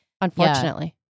unfortunately